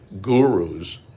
gurus